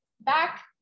back